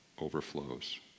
overflows